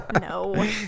No